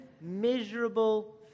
miserable